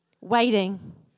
Waiting